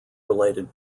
related